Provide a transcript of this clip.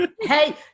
Hey